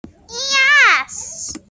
Yes